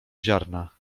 ziarna